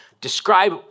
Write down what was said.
describe